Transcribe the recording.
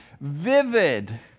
vivid